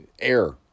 air